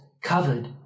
covered